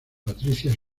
patricia